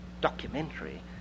documentary